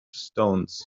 stones